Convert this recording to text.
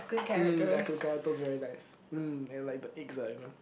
mm Ya-Kun kaya toast very nice mm and like the eggs ah you know